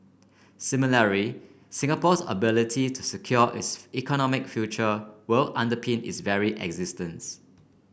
similar Singapore's ability to secure its economic future will underpin is very existence